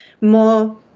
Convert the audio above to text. more